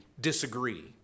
disagree